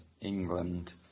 England